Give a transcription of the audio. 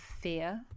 fear